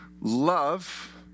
love